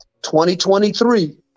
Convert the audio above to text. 2023